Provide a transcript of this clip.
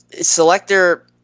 selector